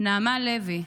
נעמה לוי,